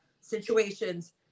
situations